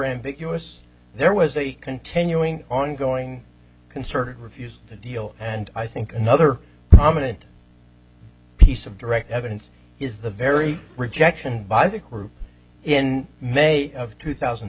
ambiguous there was a continuing ongoing concerted refused to deal and i think another prominent piece of direct evidence is the very rejection by i think we're in may of two thousand